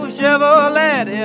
Chevrolet